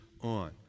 on